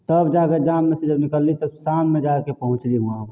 तब जाके जाममेसे जब निकलली तब शाममे जाके पहुँचली वहाँ